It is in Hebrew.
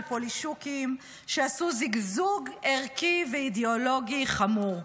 פולישוקים שעשו זגזוג ערכי ואידיאולוגי חמור,